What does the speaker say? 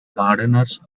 gardeners